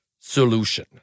solution